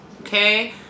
okay